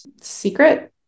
secret